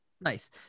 nice